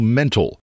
mental